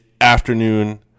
afternoon